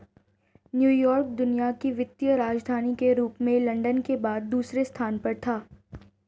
New York दुनिया की वित्तीय राजधानी के रूप में लंदन के बाद दूसरे स्थान पर था